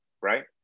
right